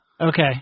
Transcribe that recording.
Okay